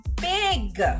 big